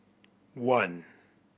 one